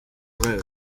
rows